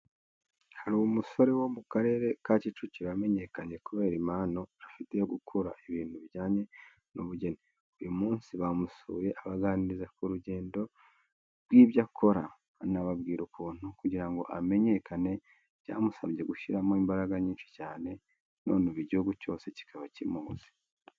Hari umusore wo mu Karere ka Kicukiro wamenyekanye kubera impano afite yo gukora ibintu bijyanye n'ubugeni. Uyu munsi bamusuye abaganiriza ku rugendo rw'ibyo akora, anababwira ukuntu kugira ngo amenyekane byamusabye gushyiramo imbaraga nyinshi cyane, none ubu igihugu cyose kikaba kimuzi.